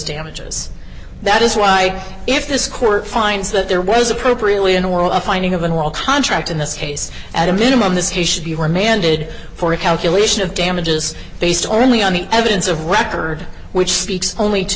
damages that is why if this court finds that there was appropriately in the world a finding of an oral contract in this case at a minimum this he should be remanded for a calculation of damages based only on the evidence of record which speed only to